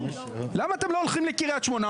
למה אתם לא הולכים לקריית שמונה,